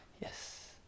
Yes